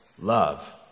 love